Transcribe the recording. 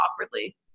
awkwardly